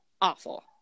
awful